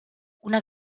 una